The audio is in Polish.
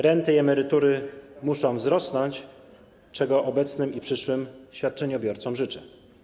Renty i emerytury muszą wzrosnąć, czego obecnym i przyszłym świadczeniobiorcom życzę.